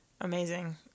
Amazing